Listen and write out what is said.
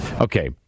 Okay